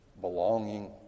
belonging